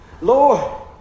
Lord